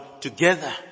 together